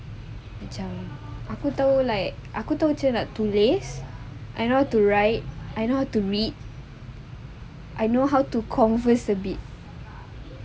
macam aku tahu like aku tahu macam mana nak tulis I know how to write I know how to read I know how to converse a bit